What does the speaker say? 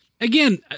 again